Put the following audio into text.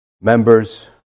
members